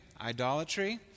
Idolatry